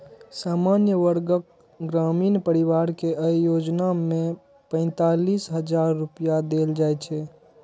सामान्य वर्गक ग्रामीण परिवार कें अय योजना मे पैंतालिस हजार रुपैया देल जाइ छै